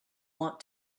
want